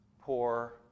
poor